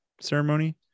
ceremony